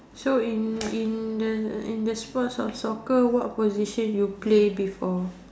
so in in the in the sports of soccer what position you play before